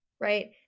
right